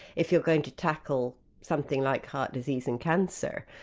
if you're going to tackle something like heart disease and cancer,